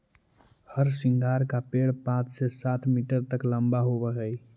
हरसिंगार का पेड़ पाँच से सात मीटर तक लंबा होवअ हई